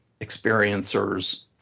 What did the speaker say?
experiencers